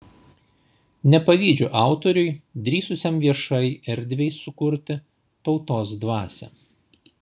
nepavydžiu autoriui drįsusiam viešai erdvei sukurti tautos dvasią